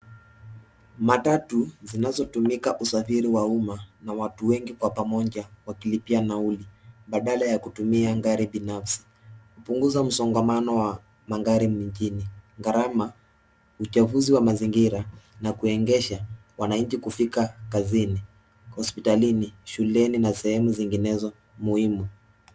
Matatu zinazotumika usafiri wa umma na watu wengi kwa pamoja wakilipia nauli baadala ya kutumia gari binafsi kupunguza msongamano wa magari mijini, gharama, uchafuzi wa mazingira na kuezesha wananchi kufika kazini, hospitalini, shuleni na sehemu zinginezo muhimu.